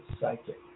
psychic